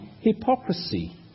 hypocrisy